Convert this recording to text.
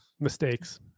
Mistakes